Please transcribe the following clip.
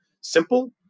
simple